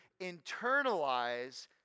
internalize